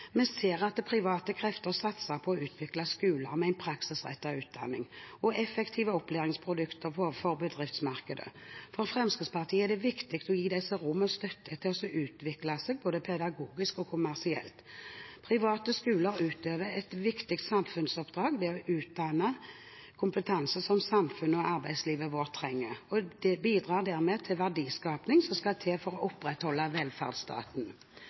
Vi ser at private krefter satser på å utvikle skoler med en praksisrettet utdanning og effektive opplæringsprodukter for bedriftsmarkedet. For Fremskrittspartiet er det viktig å gi disse rom og støtte til å utvikle seg, både pedagogisk og kommersielt. Private skoler utøver et viktig samfunnsoppdrag ved å utdanne kompetanse som samfunnet og arbeidslivet vårt trenger, og bidrar dermed til verdiskapingen som skal til for å opprettholde velferdsstaten.